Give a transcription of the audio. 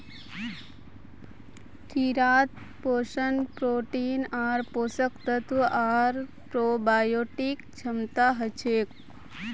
कीड़ात पोषण प्रोटीन आर पोषक तत्व आर प्रोबायोटिक क्षमता हछेक